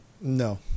No